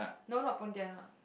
no not pontianak